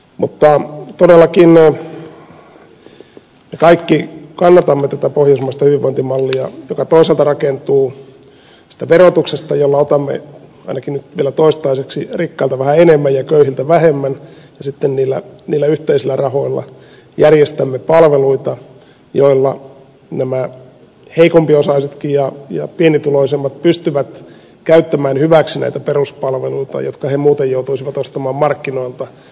mutta todellakin me kaikki kannatamme tätä pohjoismaista hyvinvointimallia joka toisaalta rakentuu siitä verotuksesta jolla otamme ainakin vielä toistaiseksi rikkailta vähän enemmän ja köyhiltä vähemmän ja sitten niillä yhteisillä rahoilla järjestämme palveluita joilla nämä heikompiosaisetkin ja pienituloisimmat pystyvät käyttämään hyväkseen näitä peruspalveluita jotka he muuten joutuisivat ostamaan markkinoilta